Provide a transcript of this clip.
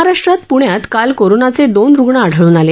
महाराष्ट्रात प्रण्यात काल कोरोनाचे दोन रुग्ण आढळून आले